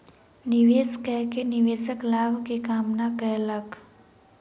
निवेश कय के निवेशक लाभ के कामना कयलक